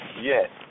Yes